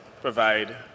provide